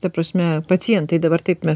ta prasme pacientai dabar taip mes